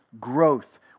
growth